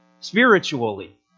spiritually